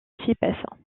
suippes